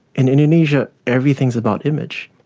in indonesia, everything is about image.